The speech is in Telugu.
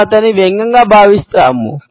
మనం అతనిని వ్యంగ్యంగా భావిస్తాము